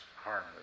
harm